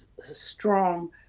strong